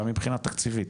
גם מבחינה תקציבית